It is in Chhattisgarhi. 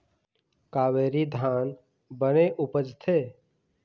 कावेरी धान बने उपजथे?